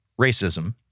racism